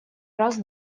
раз